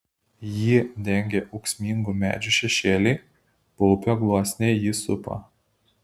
jį dengia ūksmingų medžių šešėliai paupio gluosniai jį supa